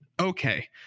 okay